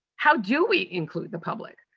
how do we include the public?